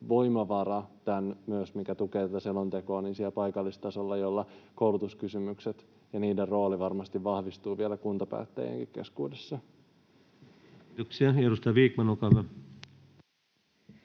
voimavara, mikä tukee tätä selontekoa, siellä paikallistasolla, jolla koulutuskysymykset ja niiden rooli varmasti vahvistuvat vielä kuntapäättäjienkin keskuudessa. Kiitoksia. — Ja edustaja Vikman, olkaa hyvä.